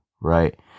right